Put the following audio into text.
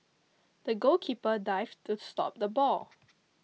the goalkeeper dived to stop the ball